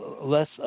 less